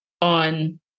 on